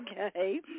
okay